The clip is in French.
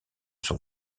son